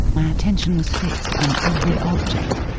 my attention was fixed upon every object,